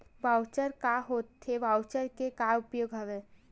Voucher का होथे voucher के का उपयोग हवय?